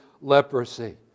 leprosy